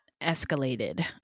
escalated